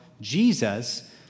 Jesus